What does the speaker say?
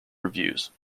reviews